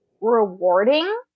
rewarding